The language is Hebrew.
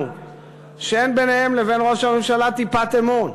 שאין ביניהם לבין ראש הממשלה טיפת אמון.